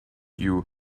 you